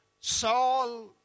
Saul